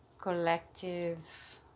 collective